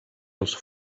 els